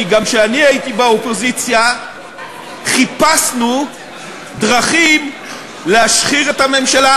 כי גם כשאני הייתי באופוזיציה חיפשנו דרכים להשחיר את הממשלה,